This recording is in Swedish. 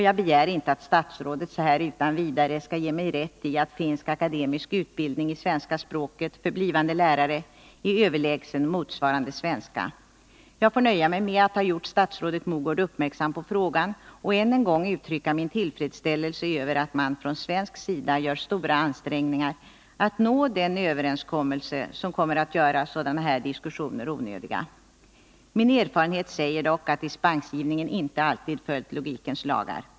Jag begär inte att statsrådet utan vidare skall ge mig rätt i att finsk akademisk utbildning i svenska språket för blivande lärare är överlägsen motsvarande svensk utbildning. Jag får nöja mig med att ha gjort statsrådet Mogård uppmärksam på frågan och än en gång uttrycka min tillfredsställelse över att man från svensk sida gör stora ansträngningar för att nå en överenskommelse som kommer att göra sådana här diskussioner onödiga. Min erfarenhet säger mig dock att dispensgivningen inte alltid följt logikens lagar.